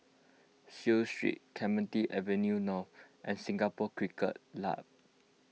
Seah Street Clemenceau Avenue North and Singapore Cricket Club